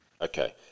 Okay